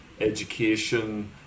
education